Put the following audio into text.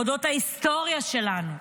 אודות ההיסטוריה שלנו,